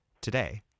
today